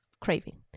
craving